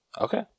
Okay